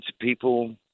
people